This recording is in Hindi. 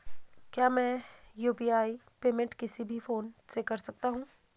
क्या मैं यु.पी.आई पेमेंट किसी भी फोन से कर सकता हूँ?